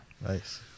Nice